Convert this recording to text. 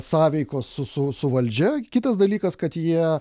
sąveikos su su su valdžia kitas dalykas kad jie